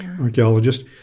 archaeologist